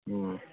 ꯎꯝ